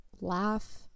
laugh